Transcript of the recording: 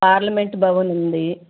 parliament Bhavan ఉంది